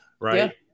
Right